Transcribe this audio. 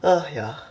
uh yeah